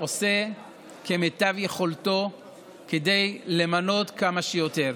עושים כמיטב יכולתם כדי למנות כמה שיותר.